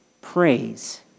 praise